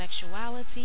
sexuality